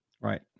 right